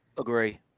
Agree